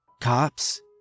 Cops